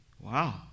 Wow